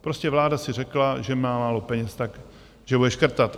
Prostě vláda si řekla, že má málo peněz, tak že bude škrtat.